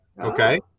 Okay